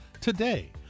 today